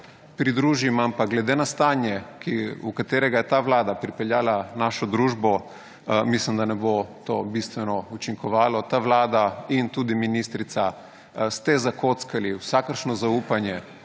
pridružim, ampak glede na stanje, v katerega je ta vlada pripeljala našo družbo, mislim, da ne bo to bistveno učinkovalo. Ta vlada in tudi ministrica ste zakockali vsakršno zaupanje